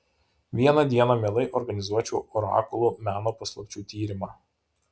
vieną dieną mielai organizuočiau orakulų meno paslapčių tyrimą